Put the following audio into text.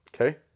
Okay